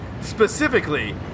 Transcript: Specifically